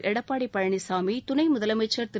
எடப்பாடி பழனிசாமி துணை முதலமைச்சர் திரு